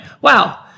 wow